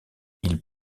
ils